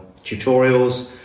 tutorials